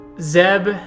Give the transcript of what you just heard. Zeb